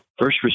First